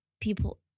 people